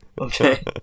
Okay